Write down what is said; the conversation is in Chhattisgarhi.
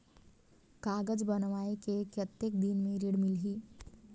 कागज बनवाय के कतेक दिन मे ऋण मिलही?